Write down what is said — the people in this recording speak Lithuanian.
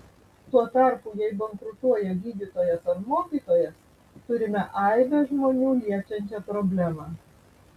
tuo tarpu jei bankrutuoja gydytojas ar mokytojas turime aibę žmonių liečiančią problemą